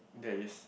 there is